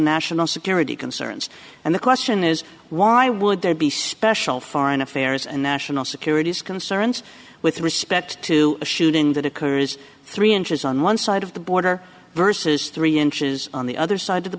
national security concerns and the question is why would there be special foreign affairs and national security concerns with respect to a shooting that occurs three inches on one side of the border versus three inches on the other side of the